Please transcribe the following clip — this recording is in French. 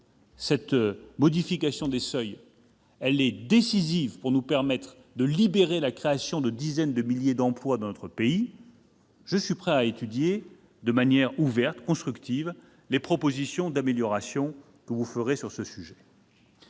La modification des seuils est décisive pour libérer la création de dizaines de milliers d'emplois dans notre pays. Je suis donc prêt à étudier, de manière ouverte et constructive, les propositions d'amélioration que vous ferez sur ce thème.